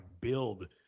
build